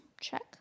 Check